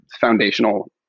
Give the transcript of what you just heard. foundational